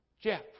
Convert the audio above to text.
Jeff